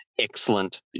excellent